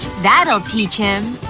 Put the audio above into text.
that'll teach him.